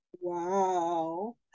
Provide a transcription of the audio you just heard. Wow